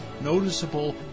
noticeable